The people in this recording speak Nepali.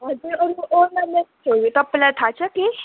हजुर अर्को ओर्नामेन्ट्सहरू तपाईँलाई थाहा छ केही